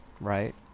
right